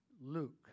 Luke